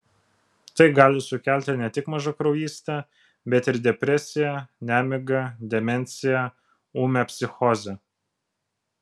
tai gali sukelti ne tik mažakraujystę bet ir depresiją nemigą demenciją ūmią psichozę